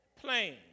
plain